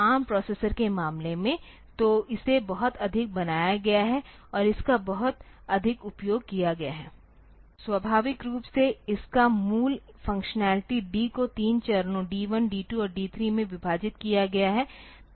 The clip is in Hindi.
ARMप्रोसेसर के मामले में तो इसे बहुत अधिक बनाया गया है और इसका बहुत अधिक उपयोग किया गया है स्वाभाविक रूप से इसका मूल फंक्शनलिटी D को 3 चरणों D1 D2 और D3 में विभाजित किया गया है